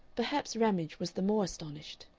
perhaps ramage was the more astonished.